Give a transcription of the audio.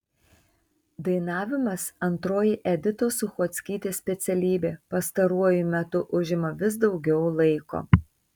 dainavimas antroji editos suchockytės specialybė pastaruoju metu užima vis daugiau laiko